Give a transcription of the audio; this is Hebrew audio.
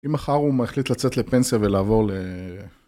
אם מחר הוא מחליט לצאת לפנסיה ולעבור ל...